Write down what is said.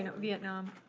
vietnam.